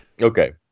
Okay